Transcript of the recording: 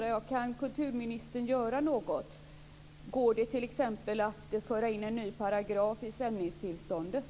Kan kulturministern göra något? Går det t.ex. att föra in en ny paragraf i sändningstillståndet?